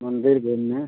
मंदिर घूमने